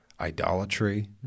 idolatry